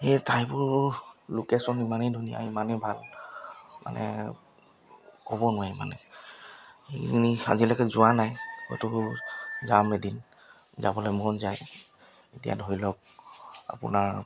সেই ঠাইবোৰ লোকেশ্যন ইমানেই ধুনীয়া ইমানেই ভাল মানে ক'ব নোৱাৰি মানে সেইখিনি আজিলৈকে যোৱা নাই হয়তো যাম এদিন যাবলৈ মন যায় এতিয়া ধৰি লওক আপোনাৰ